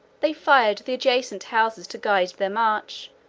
they fired the adjacent houses to guide their march,